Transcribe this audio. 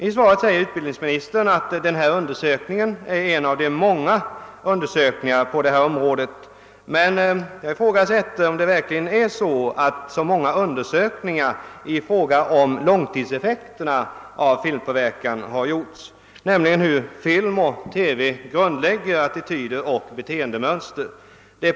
I svaret säger utbildningsministern att denna undersökning är en av många undersökningar på det här området, men jag ifrågasätter om det verkligen har gjorts så många undersökningar om hur film och TV grundlägger attityder och beteendemönster på lång sikt.